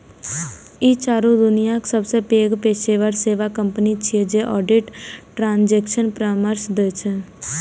ई चारू दुनियाक सबसं पैघ पेशेवर सेवा कंपनी छियै जे ऑडिट, ट्रांजेक्शन परामर्श दै छै